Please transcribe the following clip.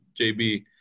JB